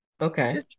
okay